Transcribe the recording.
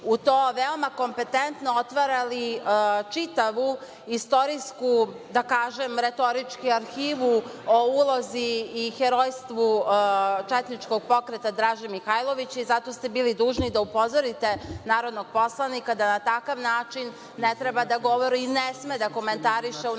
u to, veoma kompetentno otvarali čitavu istorijsku, da kažem retorički, arhivu o ulozi i herojstvu četničkog pokreta Draže Mihailovića. Zato ste bili dužni da upozorite narodnog poslanika da na takav način ne treba da govori i ne sme da komentariše u Narodnoj